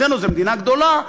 אצלנו זו מדינה גדולה,